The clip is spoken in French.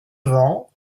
vents